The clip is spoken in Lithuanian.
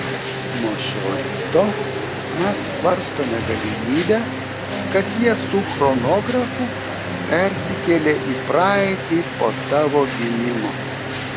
nuo šio ryto mes svarstome galimybę kad jie su chronografu persikėlė į praeitį po tavo gimimo